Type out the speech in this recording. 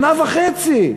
שנה וחצי.